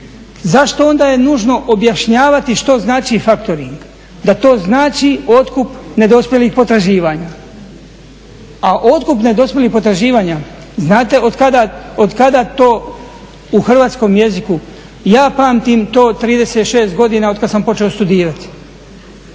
zašto onda je nužno objašnjavati što znači faktoring, da to znači otkup nedospjelih potraživanja? A otkup nedospjelih potraživanja znate od kada to u hrvatskom jeziku, ja pamtim to 36 godina otkada sam počeo studirati.